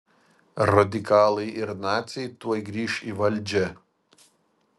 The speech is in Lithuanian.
radikalai ir naciai tuoj grįš į valdžią